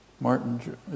Martin